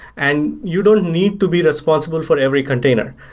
and you don't need to be responsible for every container.